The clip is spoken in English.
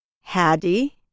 Hadi